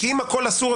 כי אם הכול אסור,